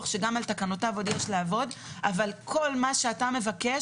שגם על תקנותיו עוד יש לעבוד אבל כל מה שאתה מבקש,